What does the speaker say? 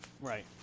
right